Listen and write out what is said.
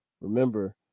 remember